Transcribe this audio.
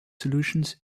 solutions